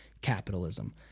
capitalism